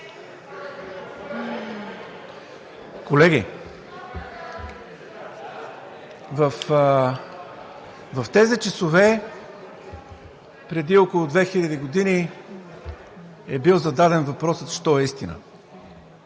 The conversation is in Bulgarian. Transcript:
Колеги, в тези часове преди около две хиляди години е бил зададен въпросът: що е истина?